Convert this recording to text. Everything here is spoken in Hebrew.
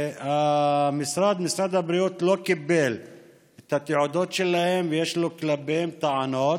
שמשרד הבריאות לא קיבל את התעודות שלהם ויש לו כלפיהם טענות.